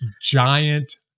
giant